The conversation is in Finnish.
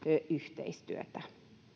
yhteistyötä